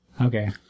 Okay